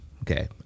Okay